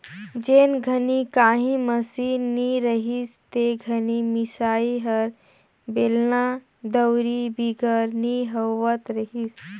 जेन घनी काही मसीन नी रहिस ते घनी मिसई हर बेलना, दउंरी बिगर नी होवत रहिस